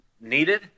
needed